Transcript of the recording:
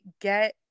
get